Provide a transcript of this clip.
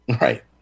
Right